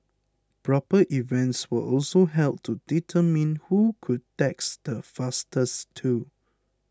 proper events were also held to determine who could text the fastest too